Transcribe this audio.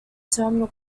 terminal